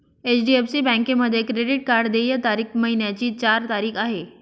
HDFC बँकेमध्ये credit card देय तारीख महिन्याची चार तारीख आहे